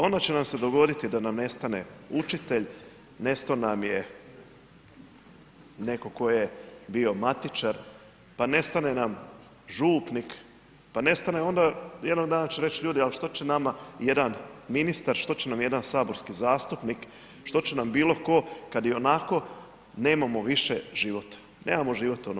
Ono će nam se dogoditi da nam nestane učitelj, nestao nam je netko tko je bio matičar, pa nestane nam župnik, pa nestane onda, jednog dana će reći ljudi ali što će nama jedan ministar, što će nam jedan saborski zastupnik, što će nam bilo tko kada ionako nemamo više život, nemamo život.